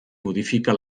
modifica